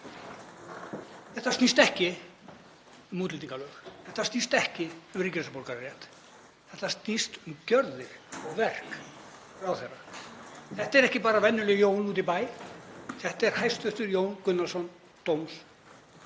Þetta snýst ekki um útlendingalög, þetta snýst ekki um ríkisborgararétt, þetta snýst um gjörðir og verk ráðherra. Þetta er ekki bara venjulegur Jón úti í bæ, þetta er hæstv. dómsmálaráðherra,